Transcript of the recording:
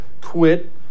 quit